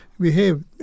behave